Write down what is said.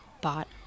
bought